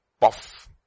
puff